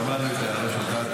תודה, יואב, שמענו את ההערה שלך.